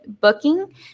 booking